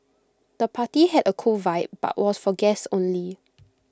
the party had A cool vibe but was for guests only